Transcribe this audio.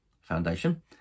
foundation